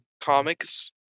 comics